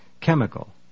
Chemical